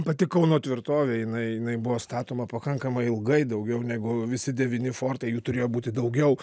pati kauno tvirtovė jinai jinai buvo statoma pakankamai ilgai daugiau negu visi devyni fortai jų turėjo būti daugiau